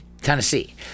Tennessee